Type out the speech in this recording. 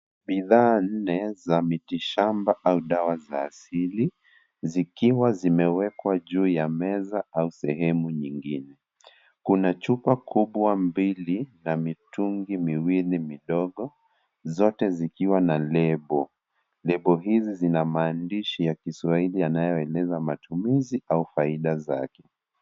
Bidhaa nne za mitishamba au dawa za asili, zikiwa zimewekwa juu ya meza au sehemu nyingine. Kuna chupa kubwa mbili na mitungi miwili midogo, zote zikiwa na lebo. Lebo hizi zina maandishi ya kiswahili yanayoeleza matumizi au faida zake.